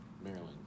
Maryland